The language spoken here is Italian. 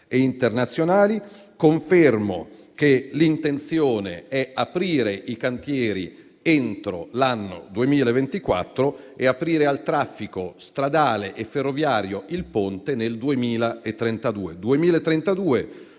e internazionali. Confermo che l'intenzione è aprire i cantieri entro l'anno 2024 e aprire al traffico stradale e ferroviario il Ponte nel 2032.